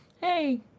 Hey